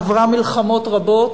עברה מלחמות רבות,